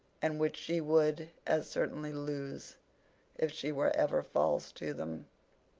and which she would as certainly lose if she were ever false to them.